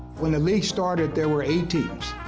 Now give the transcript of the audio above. when the league started, there were eight teams.